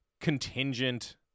contingent